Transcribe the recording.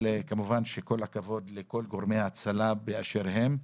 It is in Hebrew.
כמובן שכל הכבוד לכל גורמי ההצלה באשר הם.